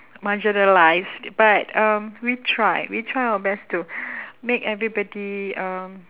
marginalised but um we try we try our best to make everybody um